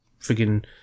friggin